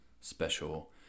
special